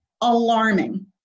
alarming